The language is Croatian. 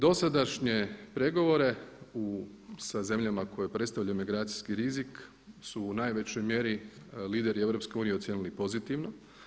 Dosadašnje pregovore sa zemljama koje predstavljaju emigracijski rizik su u najvećoj mjeri lideri EU ocijenili pozitivno.